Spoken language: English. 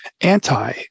anti